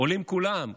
עולים כולם,